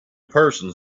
persons